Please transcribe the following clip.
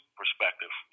perspective